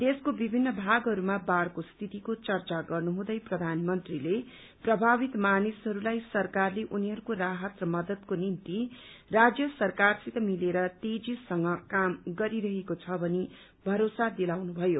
देशको विभिन्न भागहरूमा बाढ़को स्थितिको चर्चा गर्नुहुँदै प्रधानमन्त्रीले प्रभावित मानिसहस्लाई सरकारले उनीहरूको राहत र मदतको निम्ति राज्य सरकारसित मिलेर तेजीसँग क्रम गरिरहेको छ भनी भरोसा दिलाउनुभयो